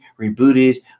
rebooted